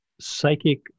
Psychic